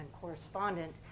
correspondent